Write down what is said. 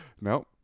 No